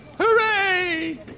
Hooray